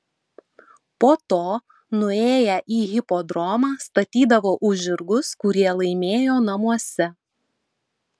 po to nuėję į hipodromą statydavo už žirgus kurie laimėjo namuose